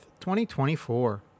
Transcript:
2024